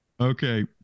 Okay